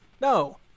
No